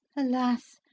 alas!